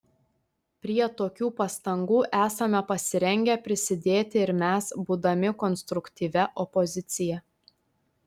prie tokių pastangų esame pasirengę prisidėti ir mes būdami konstruktyvia opozicija